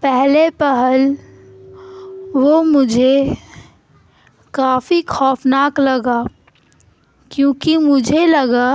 پہلے پہل وہ مجھے کافی خوفناک لگا کیونکہ مجھے لگا